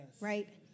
right